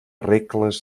regles